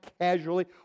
casually